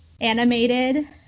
animated